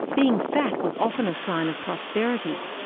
being fat was often a sign of prosperity.